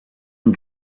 and